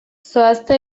zoazte